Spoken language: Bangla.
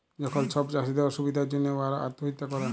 যখল ছব চাষীদের অসুবিধার জ্যনহে উয়ারা আত্যহত্যা ক্যরে